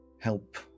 help